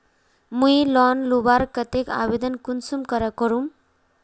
मुई लोन लुबार केते आवेदन कुंसम करे करूम?